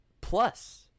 Plus